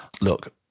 Look